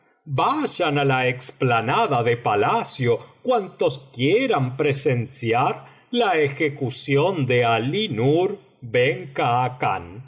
vayan á la explanada de palacio cuantos quieran presenciar la ejecución de